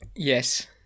Yes